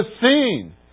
seen